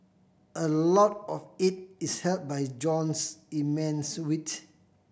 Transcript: a lot of it is help by Jean's immense wit